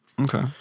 Okay